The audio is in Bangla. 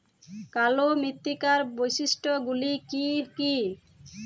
কালো মৃত্তিকার বৈশিষ্ট্য গুলি কি কি?